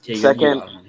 second